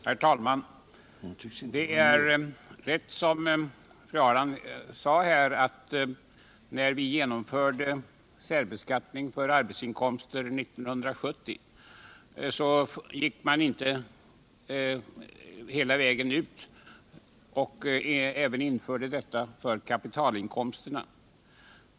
Herr talman! Det är rätt som fru Ahrland sade. När vi år 1970 genomförde särbeskattning för arbetsinkomster, gick man inte hela vägen ut och införde denna särbeskattning även för kapitalinkomsterna.